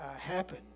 happen